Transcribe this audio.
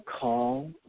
call